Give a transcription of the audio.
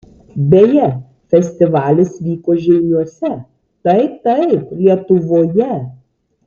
beje festivalis vyko žeimiuose taip taip lietuvoje